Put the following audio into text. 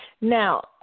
Now